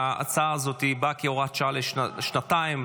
שההצעה הזאת באה כהוראת שעה לשנתיים,